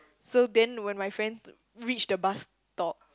so then when my friends reached the bus stop